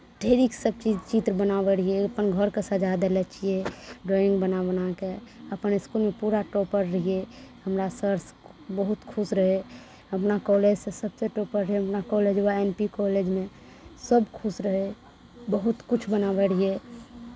ढेरीके सब चीज चित्र बनाबै रहियै अपन घरके सजा देले छियै ड्राइंग बना बना कऽ अपन इसकुलमे पूरा टॉपर रहियै हमरा सर बहुत खुश रहै अपना कॉलेजसँ सभसँ टॉपर रहै अपना कॉलेज उएह एम पी कॉलेजमे सभ खुश रहै बहुत किछु बनाबै रहियै